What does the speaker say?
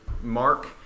mark